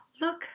look